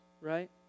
right